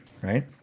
right